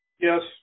Yes